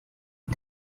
den